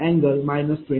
41°आहे